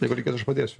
jeigu reikėsi aš padėsiu